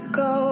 go